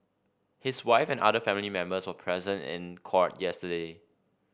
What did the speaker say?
his wife and other family members were present in court yesterday